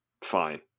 Fine